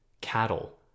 cattle